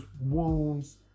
wounds